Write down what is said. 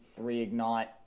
reignite